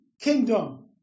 kingdom